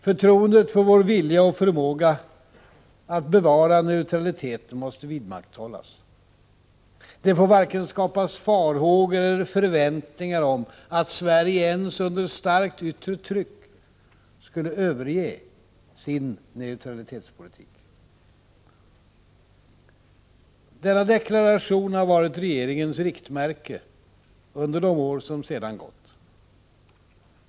Förtroendet för vår vilja och förmåga att bevara neutraliteten måste vidmakthållas. Det får varken skapas farhågor eller förväntningar om att Sverige ens under starkt yttre tryck skulle överge sin neutralitetspolitik. Denna deklaration har varit regeringens riktmärke under de år som sedan gått.